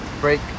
break